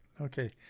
Okay